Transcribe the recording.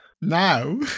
now